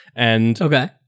Okay